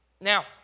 Now